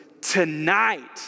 Tonight